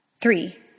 Three